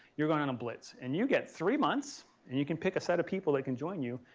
you're going on a blitz. and you get three months and you can pick a set of people that can join you,